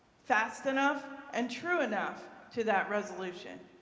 fast enough, and true enough to that resolution.